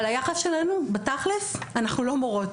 אבל היחס אלינו בתכל'ס אנחנו לא מורות.